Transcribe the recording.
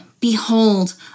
behold